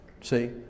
See